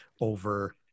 over